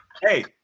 Hey